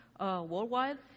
worldwide